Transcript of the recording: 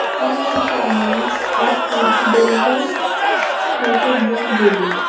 اور میں اس کا اماؤنٹ آپ کو ڈلیور کرتے وقت دے دوں گی